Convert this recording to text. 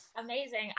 amazing